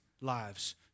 lives